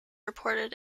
reported